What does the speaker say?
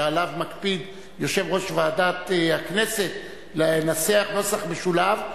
שעליו מקפיד יושב-ראש ועדת הכנסת לנסח נוסח משולב,